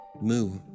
Moo